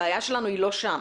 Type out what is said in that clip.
הבעיה שלנו היא לא שם.